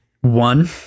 One